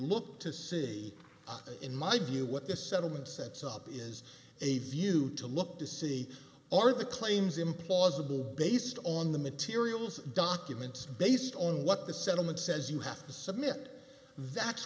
look to see in my view what the settlement sets up is a view to look to see are the claims implausible based on the materials documents based on what the settlement says you have to submit that's